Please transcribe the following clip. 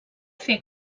fer